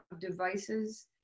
devices